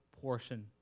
portion